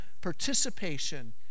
participation